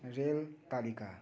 rail तालिका